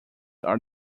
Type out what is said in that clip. are